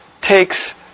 takes